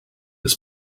his